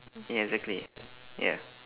ya exactly ya